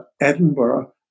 Edinburgh